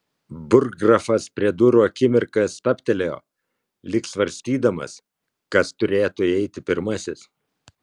burggrafas prie durų akimirką stabtelėjo lyg svarstydamas kas turėtų įeiti pirmasis